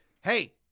hey